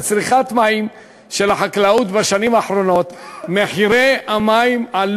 בשנים האחרונות מחירי המים בצריכה